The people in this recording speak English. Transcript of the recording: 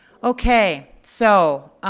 okay, so,